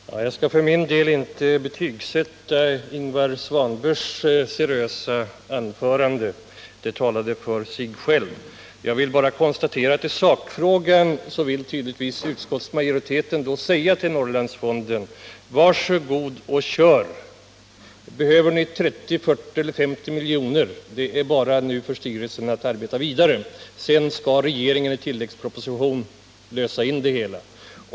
Herr talman! Jag skall för min del inte betygsätta Ingvar Svanbergs seriösa anförande — det talade för sig självt. Jag vill bara konstatera att i sakfrågan vill tydligtvis utskottsmajoriteten säga till Norrlandsfonden: Var så god och kör, och behöver ni 30, 40 eller 50 miljoner är det bara för styrelsen att arbeta vidare, och sedan skall regeringen genom en tilläggsproposition lösa in det hela.